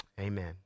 Amen